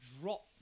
drop